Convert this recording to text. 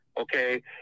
okay